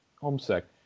homesick